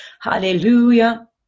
hallelujah